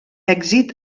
èxit